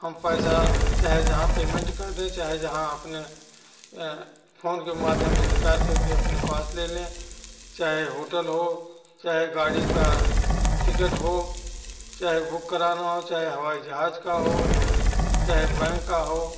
हम पैसा चाहे जहाँ पेमेंट कर दें चाहे जहाँ अपने फोन के माध्यम से निकाल करके अपने पास ले लें चाहे होटेल हो चाहे गाड़ी का टिकट हो चाहे बुक कराना हो चाहे हवाई जहाज का हो चाहे बैंक का हो